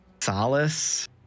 Solace